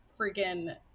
freaking